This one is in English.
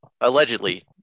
Allegedly